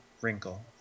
wrinkle